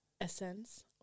essence